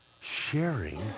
sharing